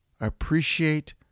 appreciate